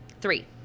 Three